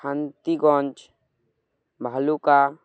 Shantiganj Bhaluka